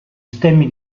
stemmi